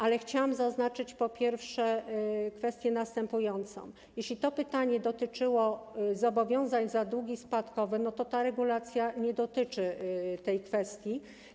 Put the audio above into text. Ale chciałam zaznaczyć, po pierwsze, kwestię następującą: jeśli to pytanie dotyczyło zobowiązań za długi spadkowe, to ta regulacja nie dotyczy tej kwestii.